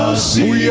zero yeah